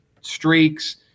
streaks